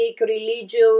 religious